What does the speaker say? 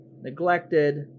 neglected